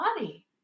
body